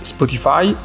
Spotify